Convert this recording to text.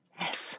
Yes